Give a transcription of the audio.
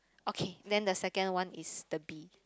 okay then the second one is the bee